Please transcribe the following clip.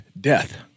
death